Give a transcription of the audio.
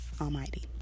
Almighty